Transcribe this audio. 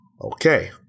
Okay